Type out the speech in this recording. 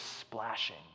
splashing